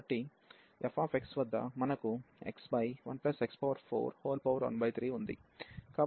కాబట్టి f వద్ద మనకు x 1x413ఉంది